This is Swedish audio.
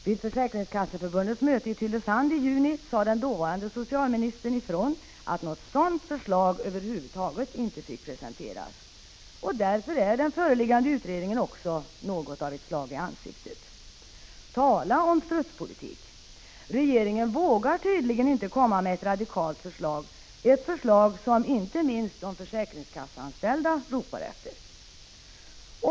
Vid Försäkringskasseförbundets möte i Tylösand i juni sade den dåvarande socialministern ifrån att något sådant förslag över huvud taget inte fick presenteras. Därför är den föreliggande utredningen också något av ett slag i ansiktet. Tala om strutspolitik! Regeringen vågar tydligen inte komma med ett radikalt förslag — ett förslag som inte minst de försäkringskasseanställda ropar efter.